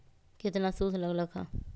केतना सूद लग लक ह?